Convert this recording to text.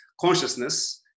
consciousness